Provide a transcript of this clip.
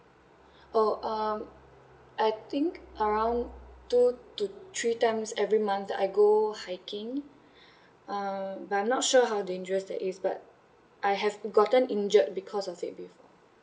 oh uh I think around two to three times every month I go hiking um but I'm not sure how dangerous that is but I have gotten injured because of it before